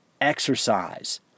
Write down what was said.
Exercise